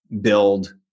build